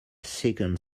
second